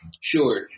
sure